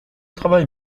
travaille